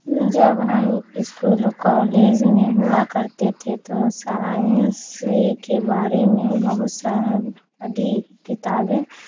جب ہم school college میں ہوا کرتے تھے تو سائنس کے بارے میں بہت ساری کتابیں